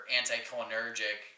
anticholinergic